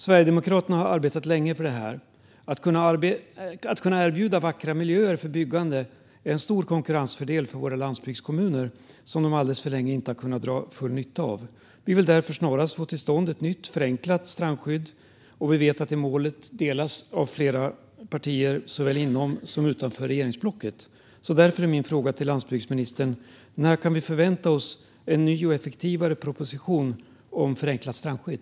Sverigedemokraterna har länge arbetat för detta. Att kunna erbjuda vackra miljöer för byggande är en stor konkurrensfördel för våra landsbygdskommuner som de alltför länge inte har kunnat dra full nytta av. Vi vill därför snarast få till stånd ett nytt förenklat strandskydd, och vi vet att det målet delas av flera partier såväl inom som utanför regeringsblocket. Därför är min fråga till landsbygdsministern: När kan vi förvänta oss en ny och effektivare proposition om förenklat strandskydd?